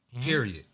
Period